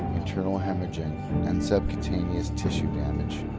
internal haemorrhaging and subcutaneous tissue damage.